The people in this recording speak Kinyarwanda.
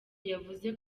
yavuze